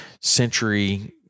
century